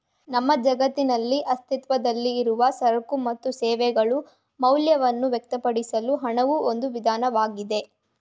ನಮ್ಮ ಜಗತ್ತಿನಲ್ಲಿ ಅಸ್ತಿತ್ವದಲ್ಲಿರುವ ಸರಕು ಮತ್ತು ಸೇವೆಗಳ ಮೌಲ್ಯವನ್ನ ವ್ಯಕ್ತಪಡಿಸಲು ಹಣವು ಒಂದು ವಿಧಾನವಾಗಿದೆ